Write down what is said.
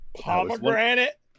Pomegranate